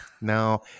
No